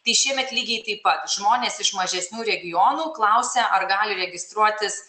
tai šiemet lygiai taip pat žmonės iš mažesnių regionų klausia ar gali registruotis